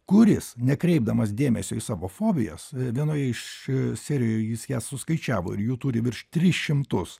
kuris nekreipdamas dėmesio į savo fobijas vienoje iš serijų jis jas suskaičiavo ir jų turi virš tris šimtus